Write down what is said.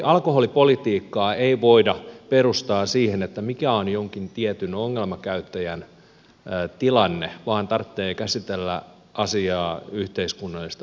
alkoholipolitiikkaa ei voida perustaa siihen mikä on jonkun tietyn ongelmakäyttäjän tilanne vaan tarvitsee käsitellä asiaa yhteiskunnallisesti laajemmin katsoen